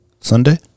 Sunday